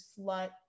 slut